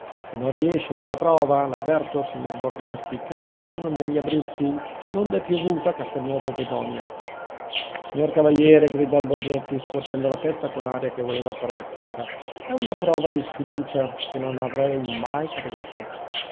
se non riesce nella prova l'avverto signor borgnetti che lei ritorna negli abruzzi donde è piovuto a castelnuovo bedonia signor cavaliere gridò il borgnetti scuotendo la testa con aria che voleva parer fiera è una prova di sfiducia che non avrei creduto